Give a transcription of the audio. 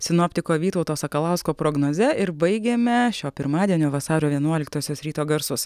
sinoptiko vytauto sakalausko prognoze ir baigiame šio pirmadienio vasario vienuoliktosios ryto garsus